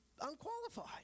unqualified